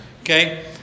Okay